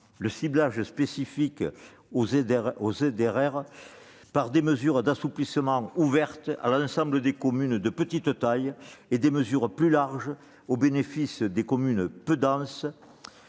revitalisation rurale par des mesures d'assouplissement ouvertes à l'ensemble des communes de petite taille et des mesures plus larges au bénéfice des communes peu denses